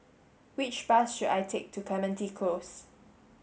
which bus should I take to Clementi Close